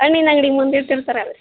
ಹಣ್ಣಿನ ಅಂಗಡಿ ಮುಂದಿಟ್ಟಿರ್ತಾರಲ್ಲ